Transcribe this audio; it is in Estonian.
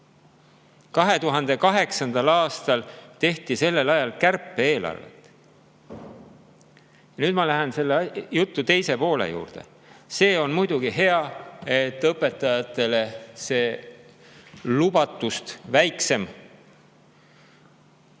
2008. aastal tehti sellel ajal kärpe-eelarvet. Nüüd ma lähen selle jutu teise poole juurde. See on muidugi hea, et õpetajateni [vähemalt] see lubatust väiksem